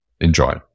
Enjoy